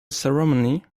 ceremony